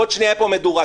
ועוד שנייה תהיה פה מדורה.